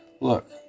Look